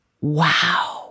wow